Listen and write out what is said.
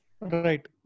Right